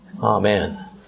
Amen